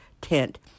tent